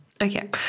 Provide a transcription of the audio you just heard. Okay